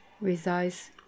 resides